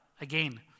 again